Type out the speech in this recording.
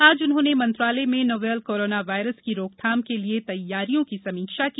आज उन्होंने मंत्रालय में नोवल कोरोना वायरस की रोकथाम के लिए तैयारियों की समीक्षा की